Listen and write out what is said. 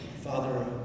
father